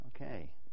Okay